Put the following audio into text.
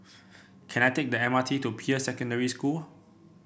can I take the M R T to Peirce Secondary School